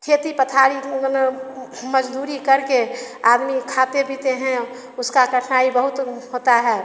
खेती पथारी मने मजदूरी करके आदमी खाते पीते हैं उसका कठिनाई बहुत होता है